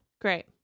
Great